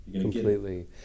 Completely